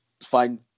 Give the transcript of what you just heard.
find